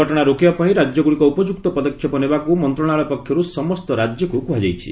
ଘଟଣା ରୋକିବା ପାଇଁ ରାଜ୍ୟଗୁଡ଼ିକ ଉପଯୁକ୍ତ ପଦକ୍ଷେପ ନେବାକୁ ମନ୍ତ୍ରଣାଳୟ ପକ୍ଷରୁ ସମସ୍ତ ରାଜ୍ୟକୁ କୁହାଯାଇଛି